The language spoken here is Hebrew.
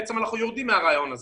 בעצם אנחנו יורדים מהרעיון הזה.